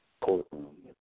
courtroom